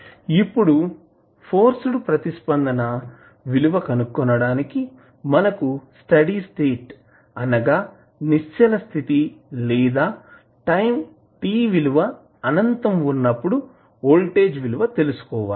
ఇప్పుడు ఫోర్స్డ్ ప్రతిస్పందన విలువ కనుక్కోవడానికి మనకు స్టడీ స్టేట్ అనగా నిశ్చల స్థితి లేదా టైం t విలువ అనంతం ఉన్నప్పుడు వోల్టేజ్ విలువ తెలుసుకోవాలి